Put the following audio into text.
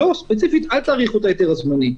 לו ספציפית אל תאריכו את ההיתר הזמני.